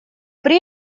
при